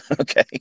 Okay